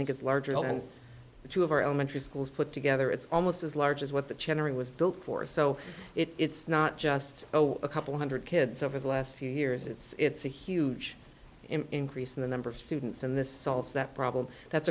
think it's larger than the two of our elementary schools put together it's almost as large as what the cherry was built for so it's not just oh a couple one hundred kids over the last few years it's a huge increase in the number of students in this solves that problem that's